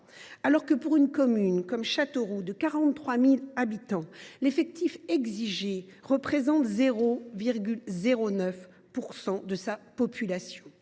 alors que, pour la commune de Châteauroux, qui compte 43 000 habitants, l’effectif exigé représente 0,09 % de la population.